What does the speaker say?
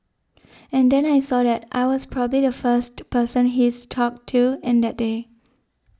and then I saw that I was probably the first person he's talked to in that day